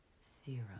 Serum